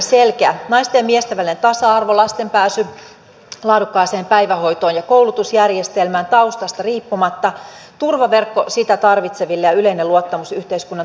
naisten ja miesten välinen tasa arvo lasten pääsy laadukkaaseen päivähoitoon ja koulutusjärjestelmään taustasta riippumatta turvaverkko sitä tarvitseville ja yleinen luottamus yhteiskunnan toimivuuteen